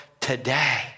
today